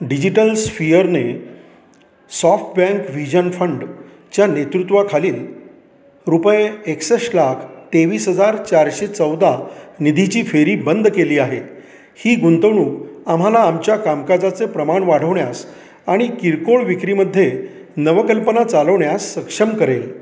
digital स्फियरने SoftBank vision फंडच्या नेतृत्वाखालील रुपये एकसष्ट लाख तेवीस हजार चारशे चौदा निधीची फेरी बंद केली आहे ही गुंतवणूक आम्हाला आमच्या कामकाजाचे प्रमाण वाढवण्यास आणि किरकोळ विक्रीमध्ये नवकल्पना चालवण्यास सक्षम करेल